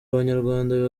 abanyarwanda